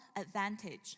advantage